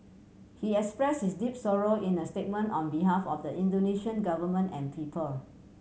he expressed his deep sorrow in a statement on behalf of the Indonesian Government and people